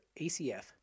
ACF